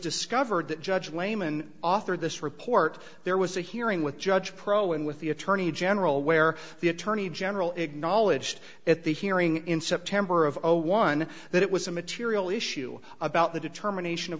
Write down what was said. discovered that judge lehmann authored this report there was a hearing with judge pro and with the attorney general where the attorney general acknowledged at the hearing in september of zero one that it was a material issue about the determination of